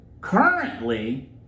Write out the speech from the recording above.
Currently